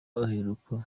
aheruka